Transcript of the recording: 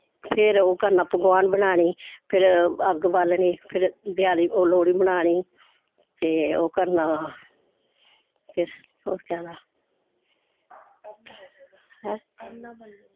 फिर ओह् करना पकोआन बनानी फिर अग्ग बाल्लनी फिर देआली ओह् लोह्ड़ी मनानी ते ओह् करना फिर होर कैह्दा हैं